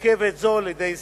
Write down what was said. מורכבת זו לידי סיום.